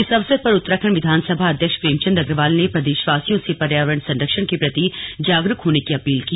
इस अवसर पर उत्तराखंड विधानसभा अध्यक्ष प्रेमचंद अग्रवाल ने प्रदेशवासियों से पर्यावरण संरक्षण के प्रति जागरूक होने की अपील की